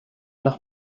nach